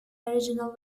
original